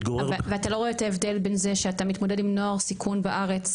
ואתה לא רואה את ההבדל בין זה שאתה מתמודד עם נוער סיכון בארץ,